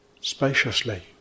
spaciously